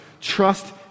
trust